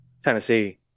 tennessee